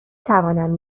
توانم